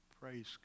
Praise